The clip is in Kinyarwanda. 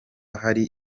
hari